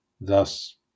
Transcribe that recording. thus